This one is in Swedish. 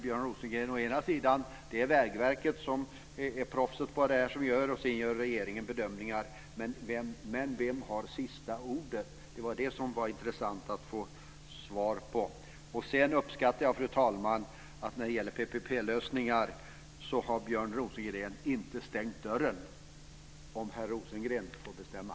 Björn Rosengren säger att det är Vägverket som är proffset på det här och att regeringen sedan gör bedömningar. Men vem har sista ordet? Det är den fråga som det är intressant att få svar på. Sedan uppskattar jag, fru talman, att Björn Rosengren inte har stängt dörren för PPP-lösningar - om herr Rosengren får bestämma.